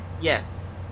yes